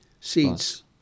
seats